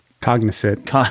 cognizant